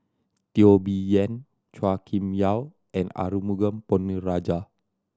Teo Bee Yen Chua Kim Yeow and Arumugam Ponnu Rajah